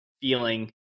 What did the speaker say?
feeling